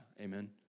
amen